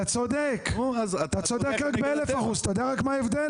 אתה צודק ב-1,000% אתה יודע רק מה ההבדל?